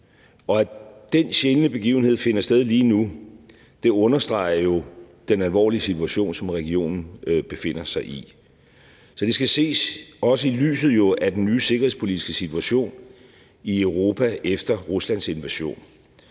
og at den sjældne begivenhed finder sted lige nu, understreger jo den alvorlige situation, som regionen befinder sig i. Så det skal også ses i lyset af den nye sikkerhedspolitiske situation i Europa efter Ruslands invasion.